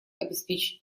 обеспечить